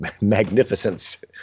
magnificence